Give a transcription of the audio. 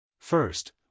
First